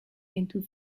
into